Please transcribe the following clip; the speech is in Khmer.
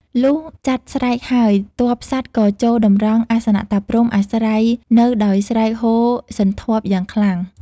លុះចាត់ស្រេចហើយទ័ពសត្វក៏ចូលតម្រង់ អាសនៈតាព្រហ្មអាស្រ័យនៅដោយស្រែកហ៊ោសន្ធាប់យ៉ាងខ្លាំង។